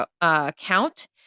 account